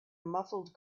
muffled